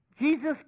Jesus